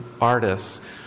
artists